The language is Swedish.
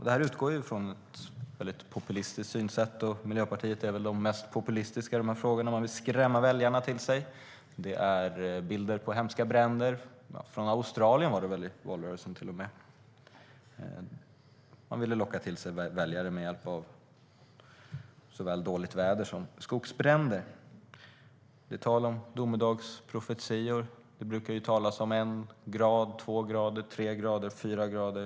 Detta utgår från ett populistiskt synsätt. Miljöpartiet är väl mest populistiskt i de här frågorna. Man vill skrämma väljarna till sig. Det är bilder från hemska bränder - från Australien var de väl i valrörelsen, till och med - och man vill locka väljare till sig med argument om såväl dåligt väder som skogsbränder. Det är domedagsprofetior. Man brukar tala om en temperaturhöjning på en, två, tre eller fyra grader.